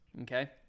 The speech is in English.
Okay